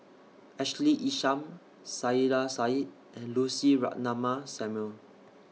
Ashley Isham Saiedah Said and Lucy Ratnammah Samuel